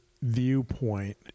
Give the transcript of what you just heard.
Viewpoint